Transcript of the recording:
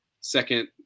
second